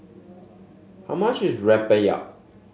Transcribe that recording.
how much is rempeyek